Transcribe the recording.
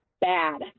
Bad